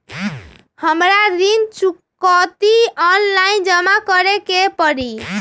हमरा ऋण चुकौती ऑनलाइन जमा करे के परी?